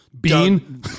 Bean